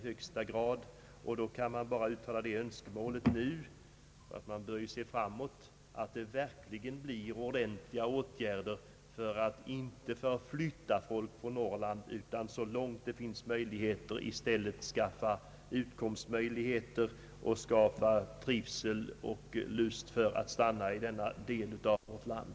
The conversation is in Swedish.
Jag kan endast uttala det önskemålet att man ser framåt och att det verkligen kommer att vidtas ordentliga åtgärder så att folk inte flyttar från Norrland. Man bör i stället så långt det är möjligt skaffa utkomstmöjligheter och skapa trivsel och lust för att stanna i denna del av vårt land.